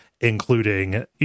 including